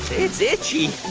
it's itchy